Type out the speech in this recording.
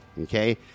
Okay